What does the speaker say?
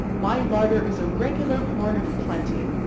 my larder is a regular horn of plenty.